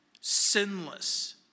Sinless